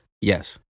Yes